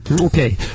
okay